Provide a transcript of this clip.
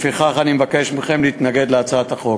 לפיכך אני מבקש מכם להתנגד להצעת החוק.